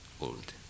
old